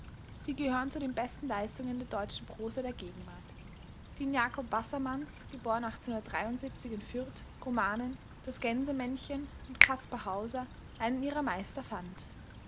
sie gehören zu den besten leistungen der deutschen prosa der gegenwart die in führt romanen das gänsemännchen und kaspar hauser einen ihrer meister fand